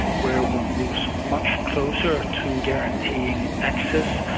where one moves much closer to guaranteeing access,